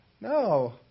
no